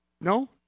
No